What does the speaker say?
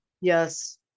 Yes